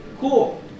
Cool